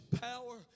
power